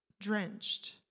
drenched